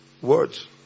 words